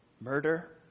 murder